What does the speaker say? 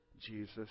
Jesus